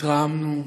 התרעמנו,